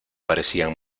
parecían